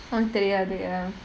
oo தெரியாது:theriyaathu ya